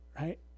right